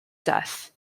death